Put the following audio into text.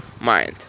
mind